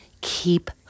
Keep